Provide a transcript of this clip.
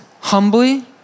humbly